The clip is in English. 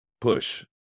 push